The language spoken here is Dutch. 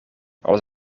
als